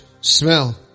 smell